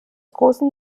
großen